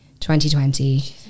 2020